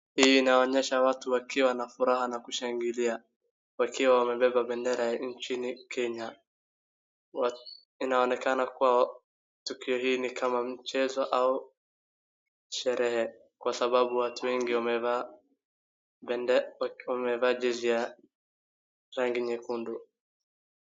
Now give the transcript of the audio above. Hii inaonyesha watu wakiwa na furaha na kushangilia, wakiwa wamebeba bendera ya nchini Kenya. Inaonekana kuwa tukio hili ni kama mchezo au sherehe kwa sababu watu wengi wamevaa jezi ya rangi nyekundu.